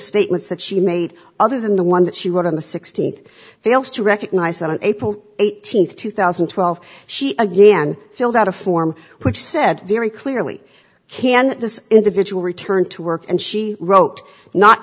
statements that she made other than the one that she wrote on the sixteenth fails to recognize that april eighteenth two thousand and twelve she again filled out a form which said very clearly he and this individual returned to work and she wrote not